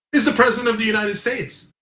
it's the president of the united states,